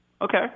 Okay